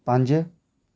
पंज